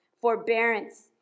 forbearance